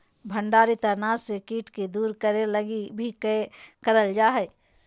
भंडारित अनाज से कीट के दूर करे लगी भी करल जा हइ